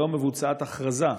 לא מבוצעת הכרזה?